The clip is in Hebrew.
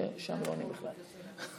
ששם לא עונים בכלל.